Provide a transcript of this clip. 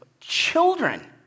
children